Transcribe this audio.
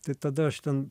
tai tada aš ten